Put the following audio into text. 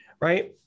Right